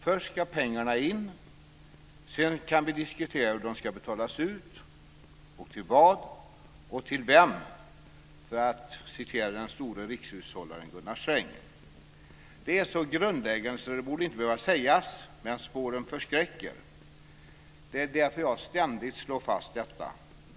Först ska pengar in, och sedan kan vi diskutera hur de ska betalas ut och till vad och vem, för att citera den store rikshushållaren Gunnar Sträng. Detta är så grundläggande att det inte borde behöva sägas, men spåren förskräcker. Det är därför jag ständigt slår fast detta.